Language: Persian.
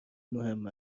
مهم